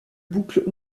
boucles